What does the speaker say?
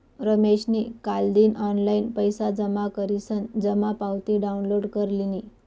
रमेशनी कालदिन ऑनलाईन पैसा जमा करीसन जमा पावती डाउनलोड कर लिनी